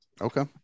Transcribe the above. Okay